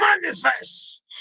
manifest